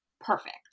perfect